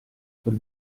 quel